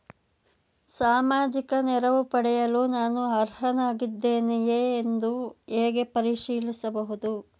ಸಾಮಾಜಿಕ ನೆರವು ಪಡೆಯಲು ನಾನು ಅರ್ಹನಾಗಿದ್ದೇನೆಯೇ ಎಂದು ಹೇಗೆ ಪರಿಶೀಲಿಸಬಹುದು?